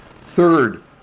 Third